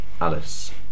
Alice